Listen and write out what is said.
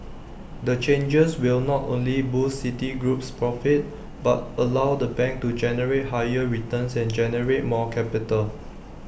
the changes will not only boost Citigroup's profits but allow the bank to generate higher returns and generate more capital